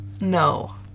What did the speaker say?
No